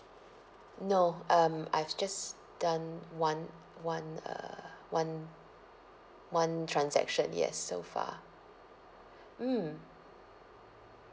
no um I've just done one one uh one one transaction yes so far mm